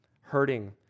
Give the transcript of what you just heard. hurting